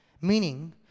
Meaning